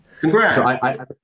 Congrats